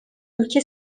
ülke